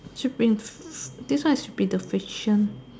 should been f~ this one should be the fiction